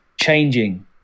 changing